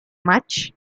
much